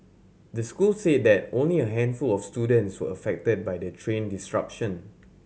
the school said that only a handful of students were affected by the train disruption